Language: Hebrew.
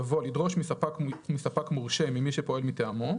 יבוא "לדרוש מספק מורשה, ממי שפועל מטעמו",